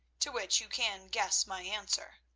to which you can guess my answer.